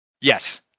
Yes